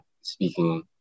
speaking